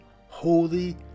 holy